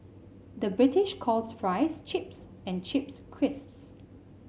the British calls fries chips and chips crisps